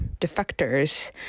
defectors